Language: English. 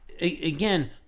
again